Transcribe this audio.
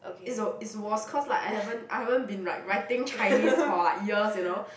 it's the it's was cause like I haven't I haven't been like writing Chinese for like years you know